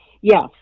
yes